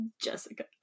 Jessica